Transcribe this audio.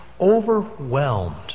overwhelmed